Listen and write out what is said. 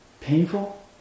painful